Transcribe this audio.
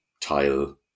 tile